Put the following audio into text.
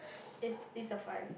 is is a five